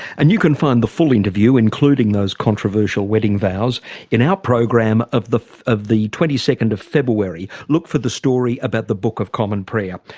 and you can find the full interview, including those controversial wedding vows in our program of the of the twenty second of february. look for the story about the book of common prayer.